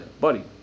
Buddy